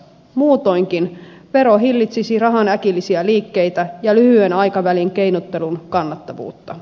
muutoinkin vero hillitsisi rahan äkillisiä liikkeitä ja lyhyen aikavälin keinottelun kannattavuutta